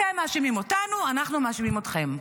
אתם מאשימים אותנו, אנחנו מאשימים אתכם.